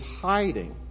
hiding